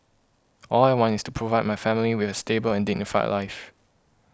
all I want is to provide my family with a stable and dignified life